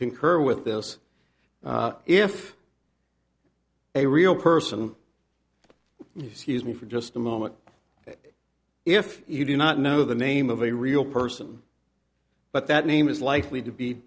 concur with this if a real person you sees me for just a moment if you do not know the name of a real person but that name is likely to be